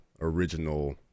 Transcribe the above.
original